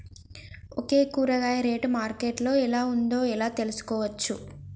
ఒక కూరగాయ rate market లో ఎలా ఉందో ఎలా తెలుసుకోవచ్చు?